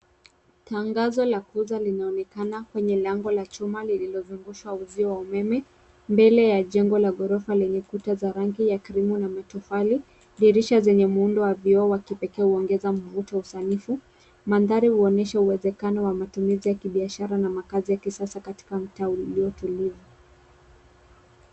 Tangazo la kuuza linaonekana kwenye lango la chuma lililozungushwa uzio wa umeme mbele ya jengo la ghorofa yenye kuta za rangi ya cream na matofali, dirisha zenye muundo wa vioo wa kipekee huongeza mvuto wa usanifu. Mandhari huonyesha uwezekano wa matumizi ya kibiashara na makaazi ya kisasa katika mtaa ulio tulivu.